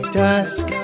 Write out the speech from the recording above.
dusk